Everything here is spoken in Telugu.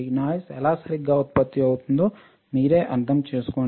నాయిస్ ఎలా సరిగ్గా ఉత్పత్తి అవుతుందో మీరే అర్థం చేసుకోండి